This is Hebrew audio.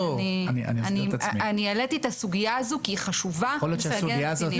אני העליתי את הסוגיה הזו כי היא חשובה לסוגיית הקטינים.